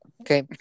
Okay